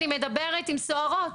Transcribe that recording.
אני מדברת עם סוהרות,